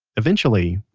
eventually,